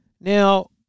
Now